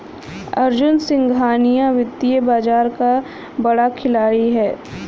अर्जुन सिंघानिया वित्तीय बाजार का बड़ा खिलाड़ी है